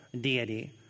deity